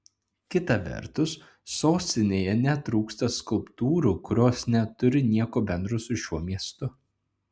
kita vertus sostinėje netrūksta skulptūrų kurios neturi nieko bendro su šiuo miestu